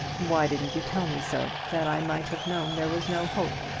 why didn't you tell me so, that i might have known there was no hope,